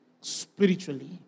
spiritually